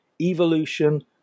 evolution